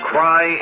Cry